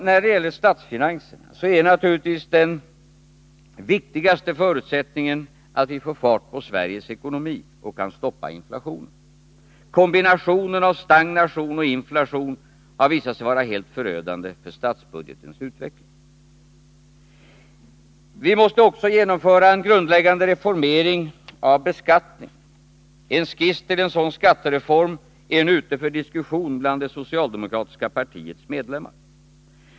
När det gäller statsfinanserna är naturligtvis den viktigaste förutsättningen att vi får fart på Sveriges ekonomi och kan stoppa inflationen. Kombinationen av stagnation och inflation har visat sig vara helt förödande för statsbudgetens utveckling. Vi måste också genomföra en grundläggande reformering av beskattningen. En skiss till en sådan skattereform är nu ute för diskussion bland det socialdemokratiska partiets medlemmar.